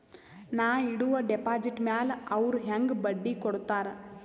ನಾ ಇಡುವ ಡೆಪಾಜಿಟ್ ಮ್ಯಾಲ ಅವ್ರು ಹೆಂಗ ಬಡ್ಡಿ ಕೊಡುತ್ತಾರ?